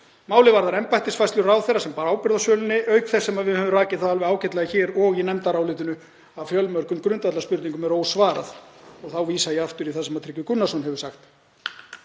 Málið varðar embættisfærslur ráðherra sem bar ábyrgð á sölunni, auk þess sem við höfum rakið það ágætlega hér og í nefndarálitinu að fjölmörgum grundvallarspurningum er ósvarað, og þá vísa ég aftur í það sem Tryggvi Gunnarsson hefur sagt.